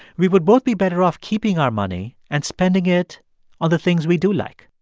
we would both be better off keeping our money and spending it on the things we do like.